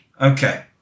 Okay